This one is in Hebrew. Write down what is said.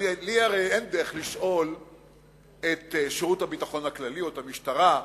לי הרי אין דרך לשאול את שירות הביטחון הכללי או את המשטרה,